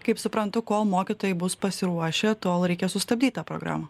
kaip suprantu kol mokytojai bus pasiruošę tol reikia sustabdyt tą programą